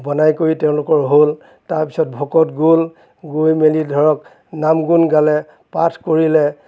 বনাই কৰি তেওঁলোকৰ হ'ল তাৰপিছত ভকত গ'ল গৈ মেলি ধৰক নাম গুণ গালে পাঠ কৰিলে